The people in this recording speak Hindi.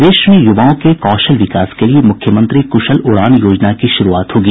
प्रदेश में युवाओं के कौशल विकास के लिए मुख्यमंत्री कुशल उड़ान योजना की शुरूआत होगी